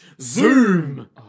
zoom